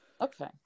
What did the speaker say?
Okay